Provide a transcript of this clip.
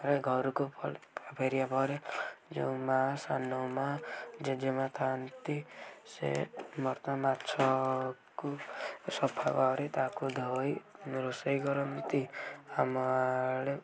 ରେ ଘରକୁ ଫଳ ଫେରିବା ପରେ ଯେଉଁ ମାଁ ସାନ ମାଁ ଜେଜେ ମାଁ ଥାଆନ୍ତି ସେ ମର୍ତ୍ତା ମାଛକୁ ସଫାକରି ତାକୁ ଧୋଇ ରୋଷେଇ କରନ୍ତି ଆମ ଆଡ଼େ